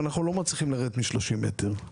ואנחנו לא מצליחים מ-30 מ"ר.